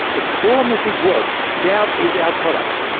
the core message was doubt is our product.